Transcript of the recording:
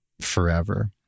forever